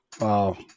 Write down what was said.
Wow